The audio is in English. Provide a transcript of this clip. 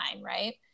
right